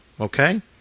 Okay